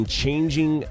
changing